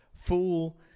Fool